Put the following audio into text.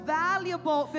valuable